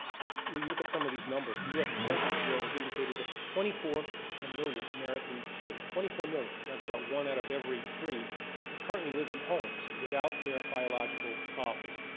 when you look at some of these numbers, the u s. census bureau has indicated that twenty four ah million american children, twenty four million that's about one out of every three currently lives in homes without their biological fathers.